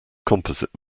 composite